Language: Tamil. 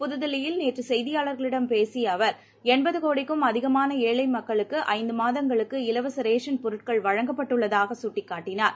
புதுதில்லியில் நேற்று செய்தியாளர்களிடம் பேசிய அவர் எண்பது கோடிக்கும் அதிகமான ஏழை மக்களுக்கு ஐந்து மாதங்களுக்கு இலவச ரேஷன் பொருள்கள் வழங்கப்பட்டுள்ளதாக் சுட்டிக்காட்டினார்